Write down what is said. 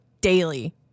daily